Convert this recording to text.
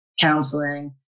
counseling